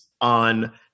on